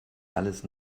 alles